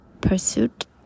Pursuit